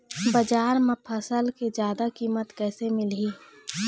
बजार म फसल के जादा कीमत कैसे मिलही?